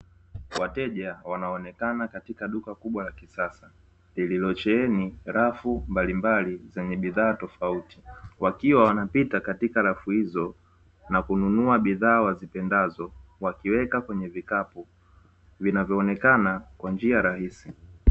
Wateja wanaonekana katika duka kubwa la kisasa, lililosheheni rafu mbalimbali zenye bidhaa tofauti, wakiwa wanapita katika rafu hizo na kununua bidhaa wazipendazo wakiweka kwenye vikapu, vinavyoonekana kwa njia rahisi.